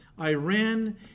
Iran